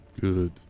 Good